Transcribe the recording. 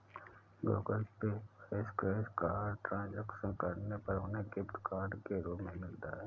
Google Pay पर scratch card transaction करने पर उन्हें गिफ्ट कार्ड के रूप में मिलता है